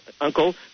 uncle